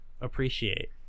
appreciate